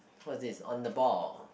what is this on the ball